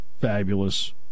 fabulous